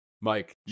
Mike